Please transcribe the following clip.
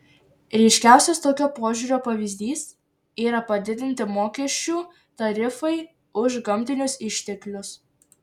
ryškiausias tokio požiūrio pavyzdys yra padidinti mokesčių tarifai už gamtinius išteklius